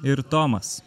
ir tomas